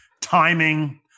timing